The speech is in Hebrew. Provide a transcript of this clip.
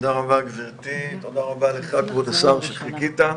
תודה רבה, גברתי, תודה רבה לך, כבוד השר, שחיכית.